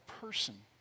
person